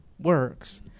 works